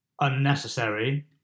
unnecessary